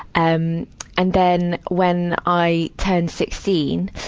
um and then, when i turned sixteen,